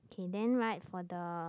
okay then right for the